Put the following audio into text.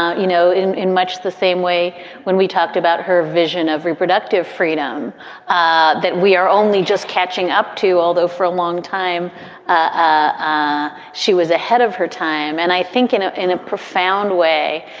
ah you know, in in much the same way when we talked about her vision of reproductive freedom ah that we are only just catching up to, although for a long time ah she was ahead of her time. and i think in ah in a profound way,